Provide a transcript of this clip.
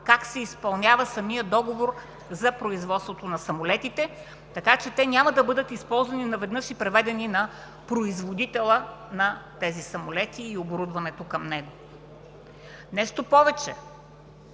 как се изпълнява самият договор за производството на самолетите. Така че те няма да бъдат използвани наведнъж и преведени на производителя на тези самолети и оборудването към него. Нещо повече,